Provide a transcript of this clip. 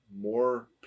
more